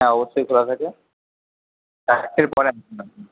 হ্যাঁ অবশ্যই খোলা থাকে চারটের পরে